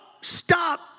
stop